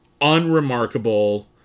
unremarkable